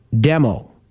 demo